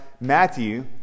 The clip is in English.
Matthew